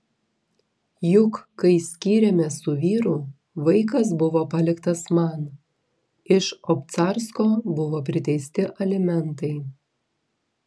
juk kai skyrėmės su vyru vaikas buvo paliktas man iš obcarsko buvo priteisti alimentai